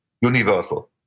Universal